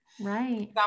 Right